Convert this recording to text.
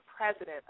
president